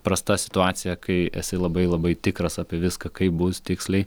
prasta situacija kai esi labai labai tikras apie viską kaip bus tiksliai